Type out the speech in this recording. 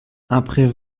après